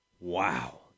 Wow